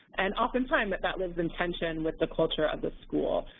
and oftentimes that that lives in tension with the culture of the school,